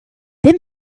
then